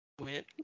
Went